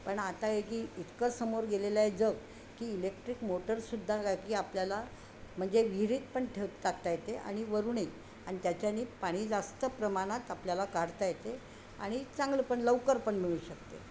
पण आता आहे की इतकं समोर गेलेलं आहे जर की इलेक्ट्रिक मोटरसुद्धा काय की आपल्याला म्हणजे विहिरीत पण ठेव टाकता येते आणि वरूनही आणि त्याच्यानी पाणी जास्त प्रमाणात आपल्याला काढता येते आणि चांगलं पण लवकर पण मिळू शकतं